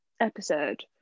episode